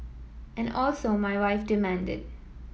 and also my wife demanded